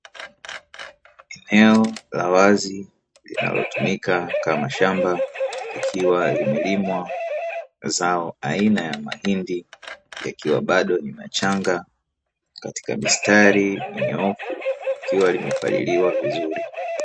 Eneo la wazi lianlotumika kama shamba likiwa limelimwa zao aina ya mahindi, yakiwa bado ni machanga katika mistari minyoofu. Likiwa limepaliliwa vizuri.